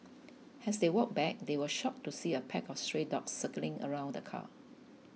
as they walked back they were shocked to see a pack of stray dogs circling around the car